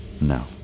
no